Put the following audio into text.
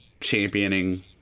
championing